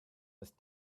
with